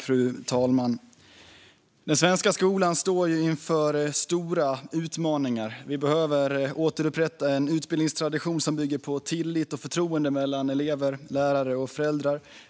Fru talman! Den svenska skolan står inför stora utmaningar. Vi behöver återupprätta en utbildningstradition som bygger på tillit och förtroende mellan elever, lärare och föräldrar.